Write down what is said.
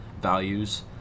values